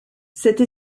cette